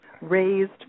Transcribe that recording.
raised